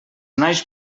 naix